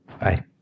Bye